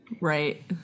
right